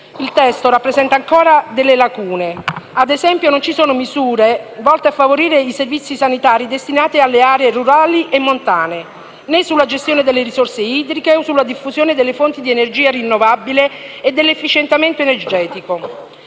Il testo presenta ancora delle lacune: ad esempio, non ci sono misure volte a favorire i servizi sanitari destinati alle aree rurali e montane, né sulla gestione delle risorse idriche o sulla diffusione delle fonti di energia rinnovabile e dell'efficientamento energetico.